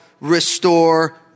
restore